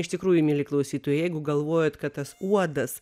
iš tikrųjų mieli klausytojai jeigu galvojot kad tas uodas